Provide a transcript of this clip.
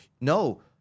no